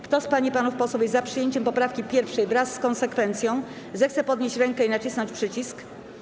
Kto z pań i panów posłów jest za przyjęciem poprawki 1., wraz z konsekwencją, zechce podnieść rękę i nacisnąć przycisk.